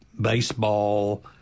baseball